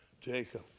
Jacob